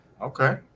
Okay